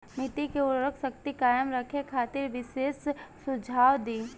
मिट्टी के उर्वरा शक्ति कायम रखे खातिर विशेष सुझाव दी?